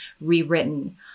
rewritten